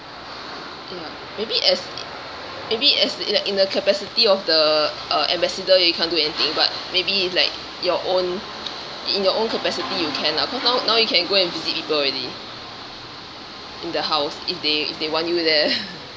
ya maybe as maybe as in the in the capacity of the uh ambassador you can't do anything but maybe like your own in your own capacity you can lah of course now now you can go and visit people already in the house if they if they want you there